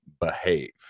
behave